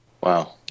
Wow